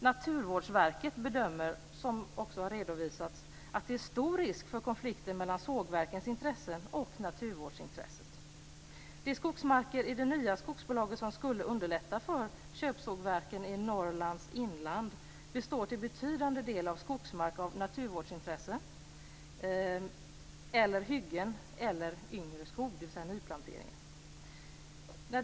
Naturvårdsverket bedömer, som också har redovisats, att det är stor risk för konflikter mellan sågverkens intressen och naturvårdsintresset. De skogsmarker i det nya skogsbolaget som skulle underlätta för köpsågverken i Norrlands inland består till betydande del av skogsmark av naturvårdsintresse, hyggen eller yngre skog, dvs. nyplanteringar.